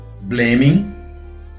blaming